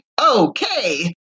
okay